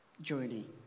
journey